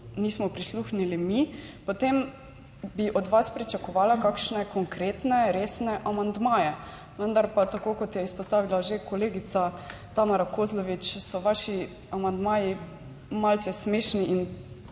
nismo prisluhnili mi, potem bi od vas pričakovala kakšne konkretne, resne amandmaje, vendar pa tako kot je izpostavila že kolegica Tamara Kozlovič, so vaši amandmaji malce smešni in